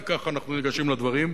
כי ככה אנחנו ניגשים לדברים.